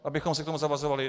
Abychom se k tomu zavazovali?